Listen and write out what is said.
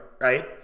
right